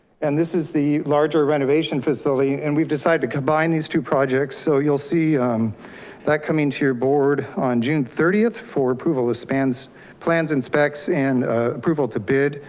and this is the larger renovation facility and we've decided to combine these two projects. so you'll see that coming to your board on june thirtieth for approval ah of plans and specs and ah approval to bid